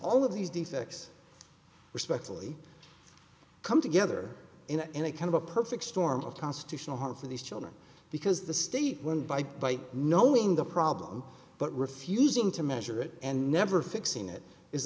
all of these defects respectfully come together in any kind of a perfect storm of constitutional harm for these children because the state won by by knowing the problem but refusing to measure it and never fixing it is